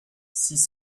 six